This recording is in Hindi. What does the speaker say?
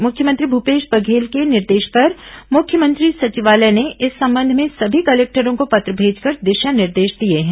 मुख्यमंत्री भूपेश बघेल के निर्देश पर मुख्यमंत्री सचिवालय ने इस संबंध में सभी कलेक्टरों को पत्र भेजकर दिशा निर्देश दिए हैं